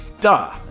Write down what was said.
Duh